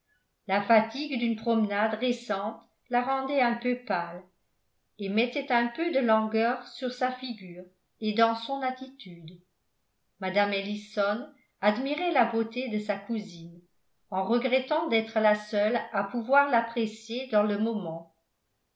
la fatigue d'une promenade récente la rendait un peu pâle et mettait un peu de langueur sur sa figure et dans son attitude mme ellison admirait la beauté de sa cousine en regrettant d'être la seule à pouvoir l'apprécier dans le moment